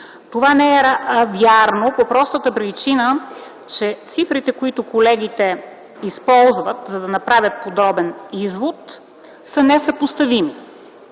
Това не е вярно по простата причина, че цифрите, които колегите използват, за да направят подобен извод, са несъпоставими.